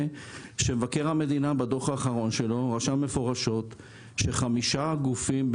מבקר המדינה רשם מפורשת בדו"ח האחרון שלו שחמישה גופים,